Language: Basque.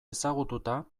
ezagututa